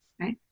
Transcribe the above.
right